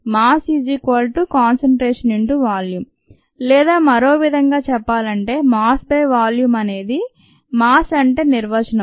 mass concentration × volume లేదా మరోవిధంగా చెప్పాలంటే మాస్ బై వాల్యూమ్ అనేది మాస్ అంటే నిర్వచనం